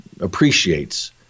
appreciates